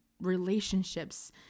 relationships